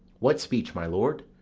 what speech, my lord?